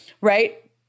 right